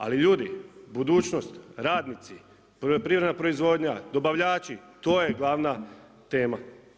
Ali ljudi, budućnost, radnici, poljoprivredna proizvodnja, dobavljači to je glavna tema.